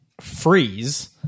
freeze